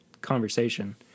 conversation